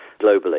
globally